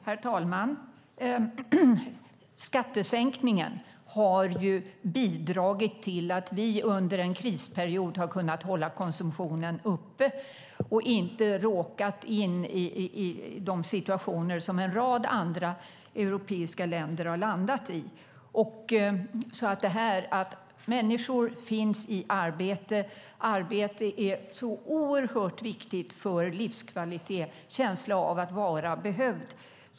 Herr talman! Skattesänkningen har bidragit till att vi under en krisperiod har kunnat hålla konsumtionen uppe och inte råkat in i de situationer som en rad andra europeiska länder har hamnat i. Det handlar om att människor finns i arbete. Arbete är oerhört viktigt för livskvalitet och känslan av att vara behövd.